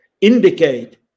indicate